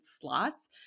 slots